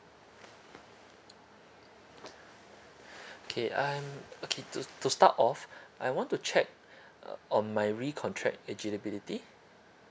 okay um okay to start off I want to check uh on my recontract eligibility